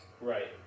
Right